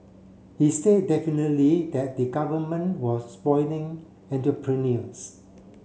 he say definitely that the Government was spoiling entrepreneurs